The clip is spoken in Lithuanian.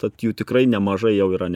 tad jų tikrai nemažai jau yra ne